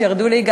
שירדו ליגה.